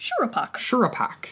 Shurupak